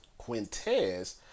Quintez